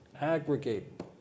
Aggregate